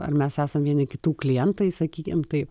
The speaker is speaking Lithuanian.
ar mes esam vieni kitų klientai sakykim taip